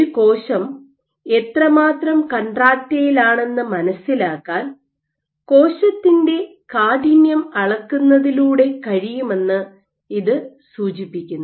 ഒരു കോശം എത്രമാത്രം കൺട്രാക്ടയിലാണെന്ന് മനസ്സിലാക്കാൻ കോശത്തിന്റെ കാഠിന്യം അളക്കുന്നതിലൂടെ കഴിയുമെന്ന് ഇത് സൂചിപ്പിക്കുന്നു